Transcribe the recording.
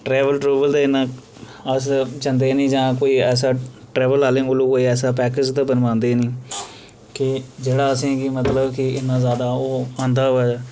treble trouble ते इन्ना अस जंदे नेईं ते जां अस ऐसा ट्रैबल आह्लें कोला ऐसा पैकेज ते बनोआंदे नेईं के जेह्ड़ा असेंगी मतलब के इन्ना ज्यादा कोई होंदा होऐ